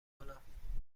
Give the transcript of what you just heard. کنم